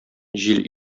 җил